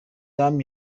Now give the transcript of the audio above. rwabo